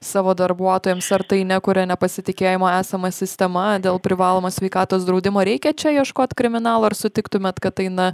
savo darbuotojams ar tai nekuria nepasitikėjimo esama sistema dėl privalomo sveikatos draudimo reikia čia ieškot kriminalo ar sutiktumėt kad tai na